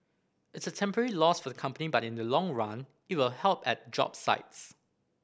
it's a temporary loss for the company but in the long run it will help at job sites